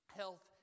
health